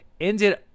Ended